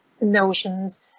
notions